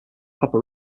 copper